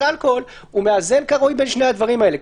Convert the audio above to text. אלכוהול הוא מאזן כראוי בין שני הדברים האלה.